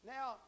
Now